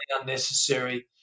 unnecessary